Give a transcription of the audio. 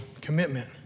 commitment